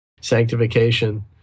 sanctification